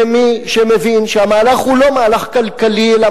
ומי שמבין שהמהלך הוא לא מהלך כלכלי אלא